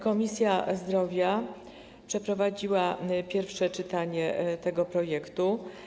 Komisja Zdrowia przeprowadziła pierwsze czytanie tego projektu.